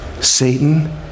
Satan